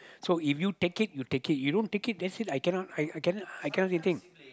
so if you take it you take it you don't take it that's it I cannot I cannot I cannot anything